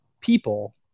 people